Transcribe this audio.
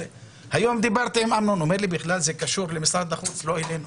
היום דיברתי עם אמנון שאמר לי שבכלל זה קשור למשרד החוץ ולא אליכם.